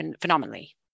phenomenally